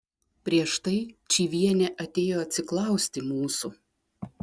prieš tai čyvienė atėjo atsiklausti mūsų